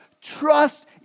trust